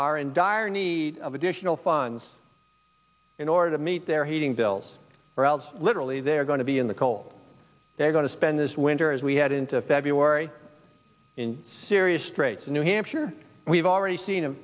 are in dire need of additional funds in order to meet their heating bills literally they're going to be in the cold they're going to spend this winter as we head into february in serious straits new hampshire we've already seen a